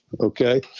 okay